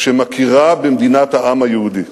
שמכירה במדינת העם היהודי.